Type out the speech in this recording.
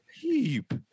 heap